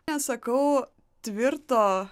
nesakau tvirto